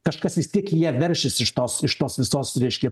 kažkas vis tiek į ją veršis iš tos iš tos visos reiškia